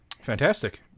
Fantastic